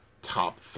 Top